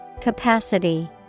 Capacity